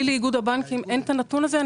לאיגוד הבנקים אין את הנתון הזה.